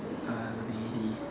ability